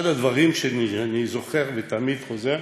אחד הדברים שאני זוכר ותמיד חוזר